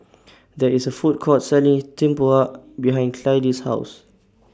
There IS A Food Court Selling Tempoyak behind Clydie's House